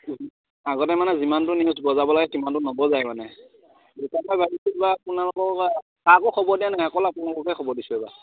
আগতে মানে যিমানটো নিউজ বজাব লাগে তিমানটো নবজায় মানে কাকো খব দিয়া নহয় অকল আপোনালোককে খব দিছোঁ এইবাৰ